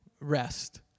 rest